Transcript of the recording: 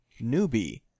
Newbie